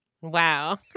Wow